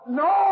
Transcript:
no